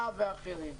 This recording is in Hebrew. לה"ב ואחרים,